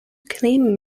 claim